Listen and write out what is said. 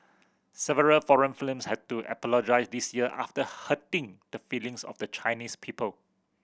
several foreign had to apologise this year after hurting the feelings of the Chinese people